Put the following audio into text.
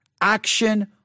action